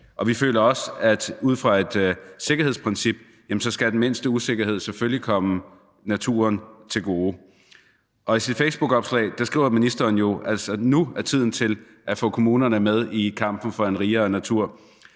og vi føler også, at den mindste usikkerhed ud fra et sikkerhedsprincip selvfølgelig skal komme naturen til gode. I sit facebookopslag skriver ministeren jo: Nu er tiden til at få kommunerne med i kampen for en rigere natur.